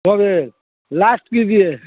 तो फिर लास्ट कीजिए